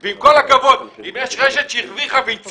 עם כל הכבוד, אם יש רשת שהרוויחה והיא ציבורית,